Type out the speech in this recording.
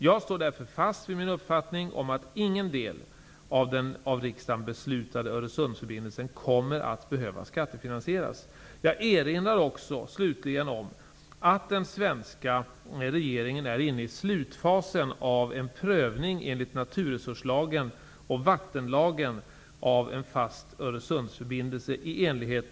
Jag står därför fast vid min uppfattning om att ingen del av den av riksdagen beslutade Öresundsförbindelsen kommer att behöva skattefinansieras. Jag erinrar också slutligen om att den svenska regeringen är inne i slutfasen av en prövning enligt naturresurslagen och vattenlagen av en fast